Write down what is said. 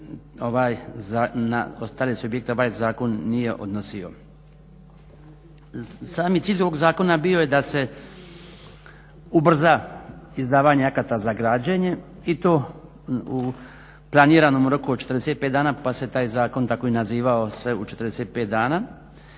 za ostale objekte ovaj zakon se nije odnosio. Sami cilj ovog zakona bio je da se ubrza izdavanje akata za građenje i to u planiranom roku od 45 dana pa se taj zakon tako i nazivao sve u 45 dana.